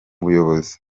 buyobozi